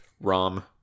ROM